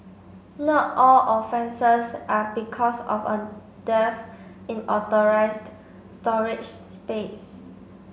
not all offences are because of a dearth in authorised storage space